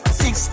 six